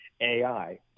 AI